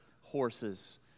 horses